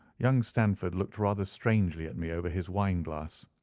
young stamford looked rather strangely at me over his wine-glass.